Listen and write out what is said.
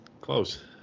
close